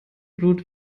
blut